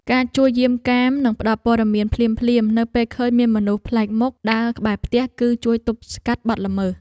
ការជួយយាមកាមនិងផ្តល់ព័ត៌មានភ្លាមៗនៅពេលឃើញមានមនុស្សប្លែកមុខដើរក្បែរផ្ទះ គឺជួយទប់ស្កាត់បទល្មើស។